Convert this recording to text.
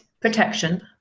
protection